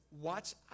watch